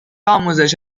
آموزش